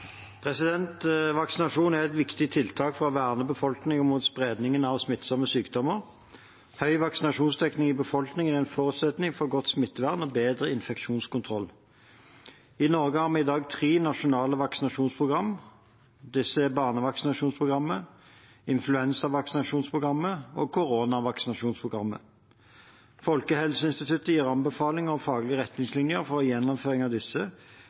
sykdommer. God vaksinasjonsdekning i befolkningen er en forutsetning for godt smittevern og bedre infeksjonskontroll. I Norge har vi i dag tre nasjonale vaksinasjonsprogram. Disse er barnevaksinasjonsprogrammet, influensavaksinasjonsprogrammet og koronavaksinasjonsprogrammet. Folkehelseinstituttet gir anbefalinger og faglige retningslinjer for gjennomføring av disse